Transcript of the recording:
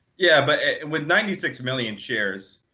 yeah. but with ninety six million shares,